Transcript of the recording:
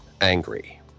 angry